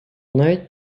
навіть